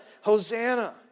Hosanna